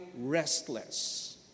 restless